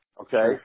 Okay